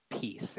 Peace